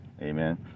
amen